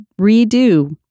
redo